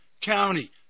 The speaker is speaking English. county